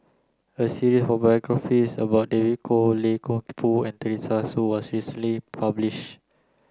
a series of biographies about David Kwo Loy Keng Foo and Teresa Hsu was recently publish